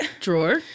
drawer